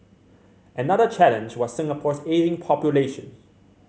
another challenge was Singapore's ageing population